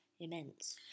immense